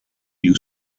you